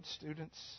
students